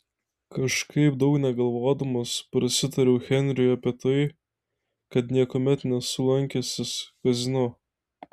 kažkaip daug negalvodamas prasitariau henriui apie tai kad niekuomet nesu lankęsis kazino